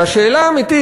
השאלה האמיתית,